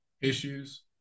issues